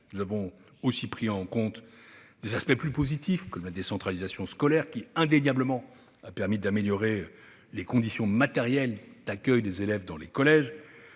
Nous avons également pris acte d'aspects plus positifs, comme la décentralisation scolaire, qui a indéniablement permis d'améliorer les conditions matérielles d'accueil des élèves dans les collèges.